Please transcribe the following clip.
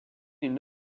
une